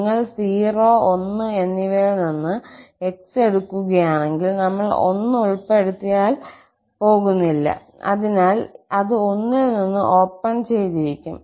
നിങ്ങൾ 0 1 എന്നിവയിൽ നിന്ന് x എടുക്കുകയാണെങ്കിൽ നമ്മൾ 1 ഉൾപ്പെടുത്താൻ പോകുന്നില്ല അതിനാൽ അത് 1 ൽ നിന്ന് ഓപ്പൺ ചെയ്തിരിക്കും